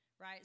right